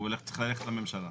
שהוא צריך ללכת לממשלה.